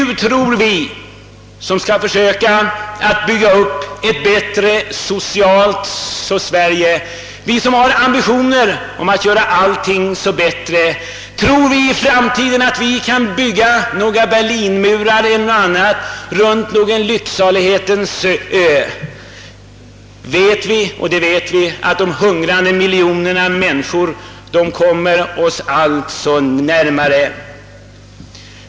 Tror vi som skall försöka åstadkomma ett bättre Sverige i socialt hänseende, vi som har ambitioner att göra allting bättre, att vi i framtiden kan bygga några Berlinmurar eller liknande runt Sverige som en lycksalighetens ö? Nej, de hungrande miljonerna kommer oss allt närmare.